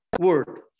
word